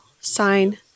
sign